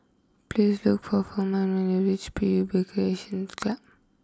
please look for Furman when you reach P U B Recreation Club